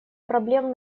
проблем